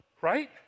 right